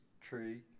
tree